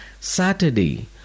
Saturday